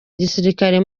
gisirikare